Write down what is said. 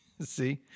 See